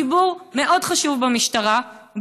אמון הציבור במשטרה מאוד חשוב,